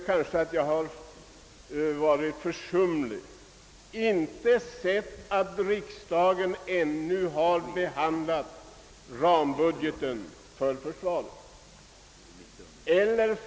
Kanske jag har varit försumlig, men jag har inte sett att riksdagen ännu har be handlat rambudgeten för försvaret.